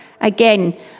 Again